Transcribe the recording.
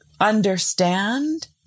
understand